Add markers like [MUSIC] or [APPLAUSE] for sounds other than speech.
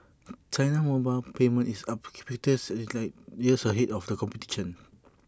[NOISE] China's mobile payment is [UNINTELLIGIBLE] is light years ahead of the competition